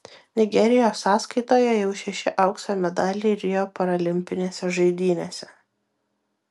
nigerijos sąskaitoje jau šeši aukso medaliai rio paralimpinėse žaidynėse